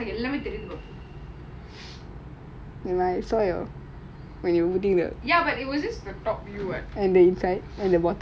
ya but it was just the top few [what] ya well